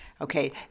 okay